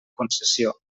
concessió